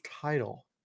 title